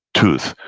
tooth,